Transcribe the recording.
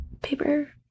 Paper